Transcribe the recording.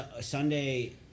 Sunday